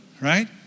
right